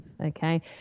okay